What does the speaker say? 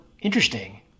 interesting